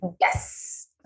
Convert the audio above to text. yes